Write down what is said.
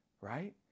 right